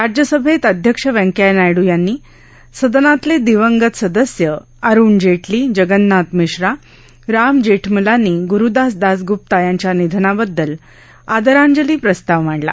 राज्यसभेत अध्यक्ष व्यंकय्या नायडू यांनी सदनातले दिवंगत सदस्य अरुण जेटली जगन्नाथ मिश्रा राम जेठमलानी ग्रुदास दासगृप्ता यांच्या निधनाबददल आदरांजली प्रस्ताव मांडला